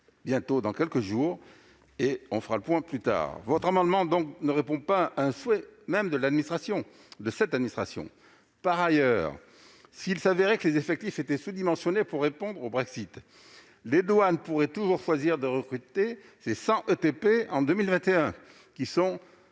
fin du mois. Nous ferons le point plus tard. Votre amendement ne répond pas à un souhait de cette administration. Par ailleurs, s'il s'avérait que les effectifs sont sous-dimensionnés pour répondre au Brexit, les douanes pourraient toujours choisir de recruter ces 100 ETP en 2021, qui ont